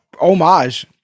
homage